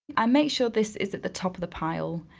um make sure this is at the top of the pile,